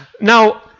Now